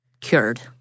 cured